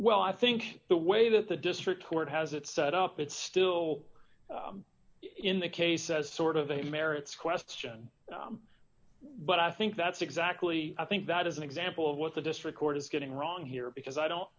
well i think the way that the district court has it set up it still in the case says sort of a merits question what i think that's exactly i think that is an example of what the district court is getting wrong here because i don't